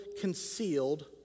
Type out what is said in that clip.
concealed